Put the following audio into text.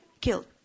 killed